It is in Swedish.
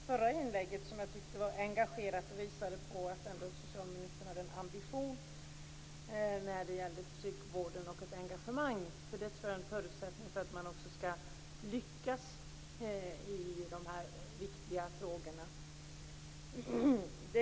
Herr talman! Tack, socialministern, för det förra inlägget! Det var engagerat och visade på att socialministern ändå har en ambition när det gäller psykvården och ett engagemang. Jag tror att det är en förutsättning för att man också skall lyckas i de här viktiga frågorna.